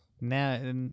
Now